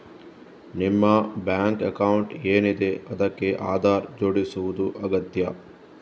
ನಿಮ್ಮ bank account ಏನಿದೆ ಅದಕ್ಕೆ ಆಧಾರ್ ಜೋಡಿಸುದು ಅಗತ್ಯ